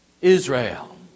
Israel